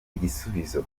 igisubizo